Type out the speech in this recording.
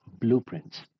blueprints